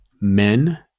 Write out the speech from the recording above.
men